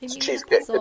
cheesecake